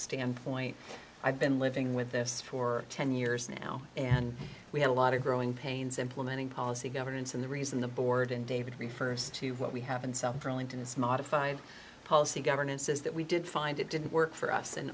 standpoint i've been living with this for ten years now and we have a lot of growing pains implementing policy governance and the reason the board and david refers to what we have in south burlington this modified policy governance is that we did find it didn't work for us in